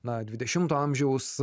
na dvidešimto amžiaus